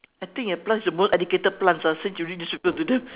I think your plants is the most educated plants ah since you redistribute to them